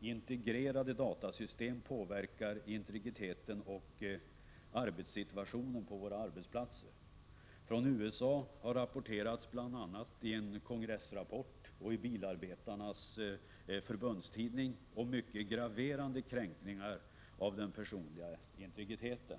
integrerade datasystem påverkar integriteten och arbetssituationen på våra arbetsplatser. Från USA har rapporterats, bl.a. i en kongressrapport och i bilarbetarnas förbundstidning, om mycket graverande kränkningar av den personliga integriteten.